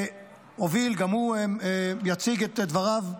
הוביל, גם הוא יציג את דבריו,